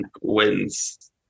wins